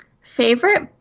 Favorite